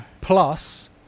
plus